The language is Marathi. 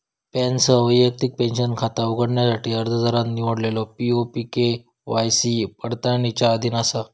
पॅनसह वैयक्तिक पेंशन खाता उघडण्यासाठी अर्जदारान निवडलेलो पी.ओ.पी के.वाय.सी पडताळणीच्या अधीन असा